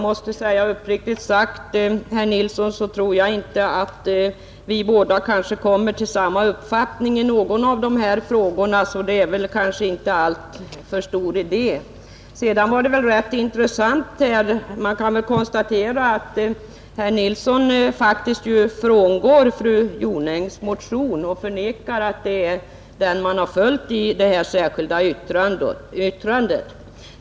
Men uppriktigt sagt tror jag ändå inte att herr Nilsson och jag kommer till samma uppfattning i någon av dessa frågor. Det var rätt intressant att konstatera att herr Nilsson i Tvärålund faktiskt frångår fru Jonängs motion och förnekar att det är denna man följt i det särskilda yttrandet.